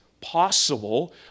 possible